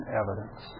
evidence